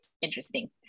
interesting